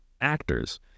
actors